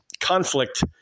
conflict